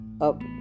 up